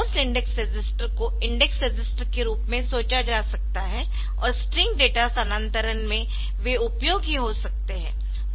source index register को index register के रूप में सोचा जा सकता है और स्ट्रिंग डेटा स्थानान्तरण में वे उपयोगी हो सकते है